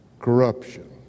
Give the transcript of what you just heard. corruption